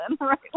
right